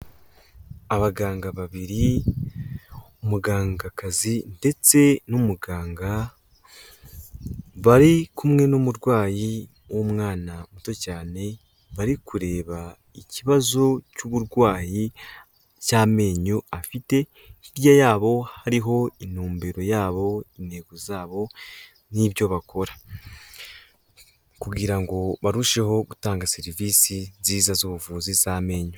Abaganga babiri, umugangakazi ndetse n'umuganga bari kumwe n'umurwayi w'umwana muto cyane, bari kureba ikibazo cy'uburwayi cy'amenyo afite, hirya yabo hariho intumbero yabo, intego zabo n'ibyo bakora kugira ngo barusheho gutanga serivisi nziza z'ubuvuzi z'amenyo.